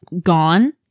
gone